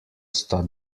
sta